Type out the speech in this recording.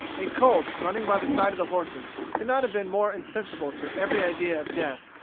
a colt running by the side of the horses could not have been more insensible to every idea of death,